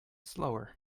slower